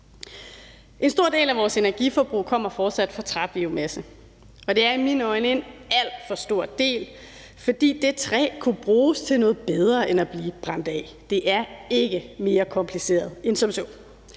En stor del af vores energiforbrug kommer fortsat fra træbiomassen, og det er i mine øjne en alt for stor del, fordi det træ kunne bruges til noget bedre end at blive brændt af. Det er ikke mere kompliceret end som så.